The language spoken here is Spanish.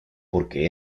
porque